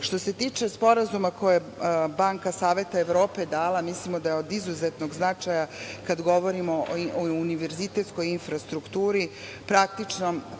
se tiče sporazuma koje Banka Saveta Evrope dala, mislim da je od izuzetnog značaja kada govorimo o univerzitetskoj infrastrukturi. Praktično,